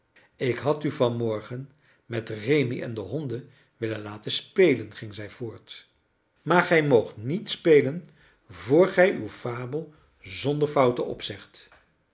ik had u vanmorgen met rémi en de honden willen laten spelen ging zij voort maar gij moogt niet spelen vr gij uw fabel zonder fouten opzegt